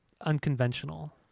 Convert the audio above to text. unconventional